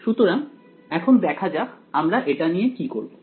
সুতরাং এখন দেখা যাক আমরা এটা নিয়ে কি করবো